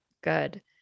good